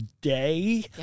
day